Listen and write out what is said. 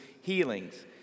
healings